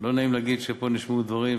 לא נעים להגיד שפה נשמעו דברים,